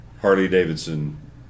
Harley-Davidson